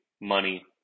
money